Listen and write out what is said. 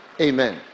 amen